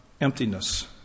Emptiness